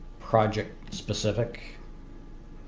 project specific.